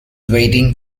waiting